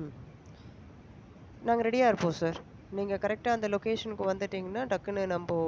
ம் நாங்கள் ரெடியாகருப்போம் சார் நீங்கள் கரெக்ட்டாக அந்த லொக்கேஷனுக்கு வந்துட்டிங்கன்னால் டக்குன்னு நம்ப